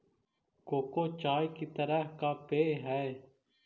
cocoa चाय की तरह का पेय हई